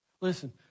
Listen